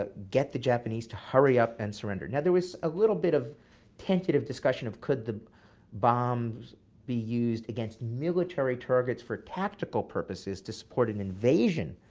ah get the japanese to hurry up and surrender. now there was a little bit of tentative discussion of, could the bombs be used against military targets for tactical purposes to support an invasion